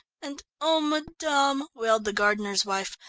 and, oh, madame, wailed the gardener's wife,